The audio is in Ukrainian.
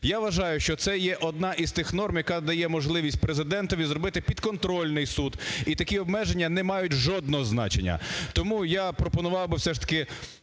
Я вважаю, що це є одна із тих норм, яка дає можливість Президентові зробити підконтрольний суд і такі обмеження не мають жодного значення. Тому я пропонував все ж таки